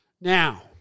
Now